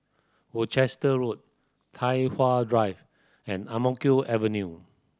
Worcester Road Tai Hwan Drive and Ang Mo Kio Avenue